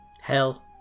Hell